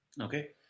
Okay